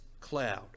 cloud